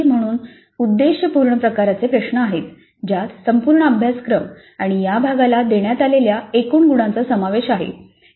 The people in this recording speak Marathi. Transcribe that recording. भाग ए मध्ये उद्देशपूर्ण प्रकारचे प्रश्न आहेत ज्यात संपूर्ण अभ्यासक्रम आणि या भागाला देण्यात आलेल्या एकूण गुणांचा समावेश आहे